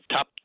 Top